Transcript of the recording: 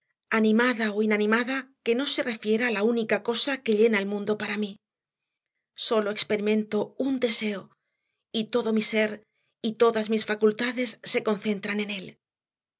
animada o inanimada que no se refiera a la única cosa que llena el mundo para mí sólo experimento un deseo y todo mi ser y todas mis facultades se concentran en él